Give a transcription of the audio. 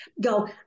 Go